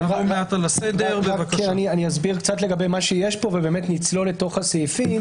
אני אסביר קצת לגבי מה שיש פה ובאמת נצלול לסעיפים.